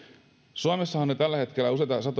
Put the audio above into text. suomessahan on jo tällä hetkellä